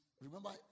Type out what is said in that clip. remember